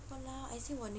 !walao! I say